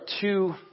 two